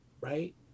right